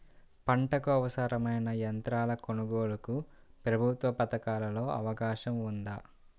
పంటకు అవసరమైన యంత్రాల కొనగోలుకు ప్రభుత్వ పథకాలలో అవకాశం ఉందా?